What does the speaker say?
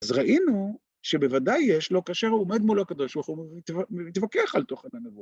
‫אז ראינו שבוודאי יש לו, ‫כאשר הוא עומד מול הקדוש ברוך ‫הוא ומתווכח על תוכן הנבואה.